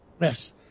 Yes